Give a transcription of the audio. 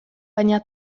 baina